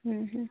ହୁଁ ହୁଁ